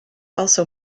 also